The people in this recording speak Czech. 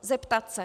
Zeptat se.